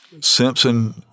Simpson